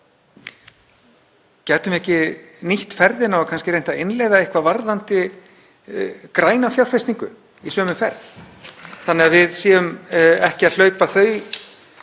Gætum við ekki nýtt ferðina og kannski reynt að innleiða eitthvað varðandi græna fjárfestingu í sömu ferð þannig að við séum ekki að hlaupa þau